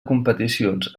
competicions